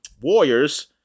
Warriors